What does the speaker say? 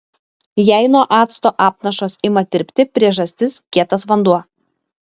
jei nuo acto apnašos ima tirpti priežastis kietas vanduo